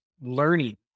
learning